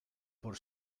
por